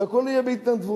שהכול יהיה בהתנדבות,